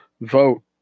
Vote